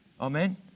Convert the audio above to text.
Amen